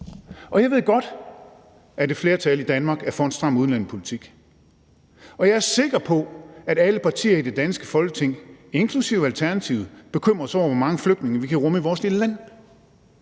Jeg ved godt, at et flertal i Danmark er for en stram udlændingepolitik, og jeg er sikker på, at alle partier i det danske Folketing, inklusive Alternativet, bekymrer sig over, hvor mange flygtninge vi kan rumme i vores lille land,